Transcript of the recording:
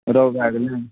रहु भाकुर नहि